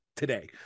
Today